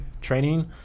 training